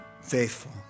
faithful